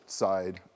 side